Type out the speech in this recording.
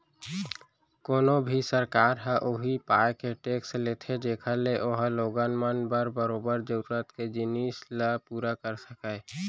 कोनो भी सरकार ह उही पाय के टेक्स लेथे जेखर ले ओहा लोगन मन बर बरोबर जरुरत के जिनिस ल पुरा कर सकय